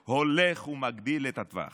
הוא הולך ומגדיל את הטווח.